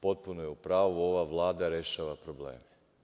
Potpuno je u pravu, ova Vlada rešava probleme.